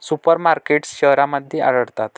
super markets शहरांमध्ये आढळतात